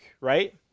right